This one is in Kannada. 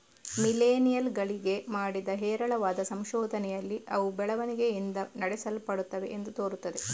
ಮಿಲೇನಿಯಲ್ ಗಳಿಗೆ ಮಾಡಿದ ಹೇರಳವಾದ ಸಂಶೋಧನೆಯಲ್ಲಿ ಅವು ಬೆಳವಣಿಗೆಯಿಂದ ನಡೆಸಲ್ಪಡುತ್ತವೆ ಎಂದು ತೋರುತ್ತದೆ